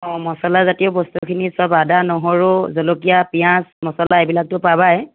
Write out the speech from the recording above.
অঁ মছলাজাতীয় বস্তুখিনি চব আদা নহৰু জলকীয়া পিয়াঁজ মছলা এইবিলাকটো পাবাই